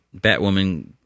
Batwoman